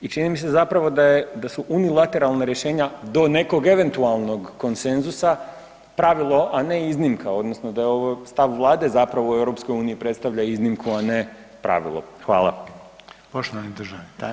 I čini mi se zapravo da su unilateralna rješenja do nekog eventualnog konsenzusa pravilo, a ne iznimka odnosno da je ovo stav Vlade zapravo u EU predstavlja iznimku, a ne pravilo.